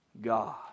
God